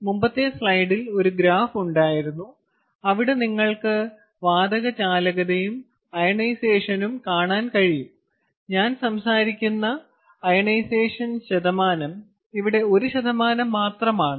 അതിനാൽ മുമ്പത്തെ സ്ലൈഡിൽ ഒരു ഗ്രാഫ് ഉണ്ടായിരുന്നു അവിടെ നിങ്ങൾക്ക് വാതക ചാലകതയും അയോണൈസേഷനും കാണാൻ കഴിയും ഞാൻ സംസാരിക്കുന്ന അയോണൈസേഷൻ ശതമാനം ഇവിടെ 1 ശതമാനം മാത്രമാണ്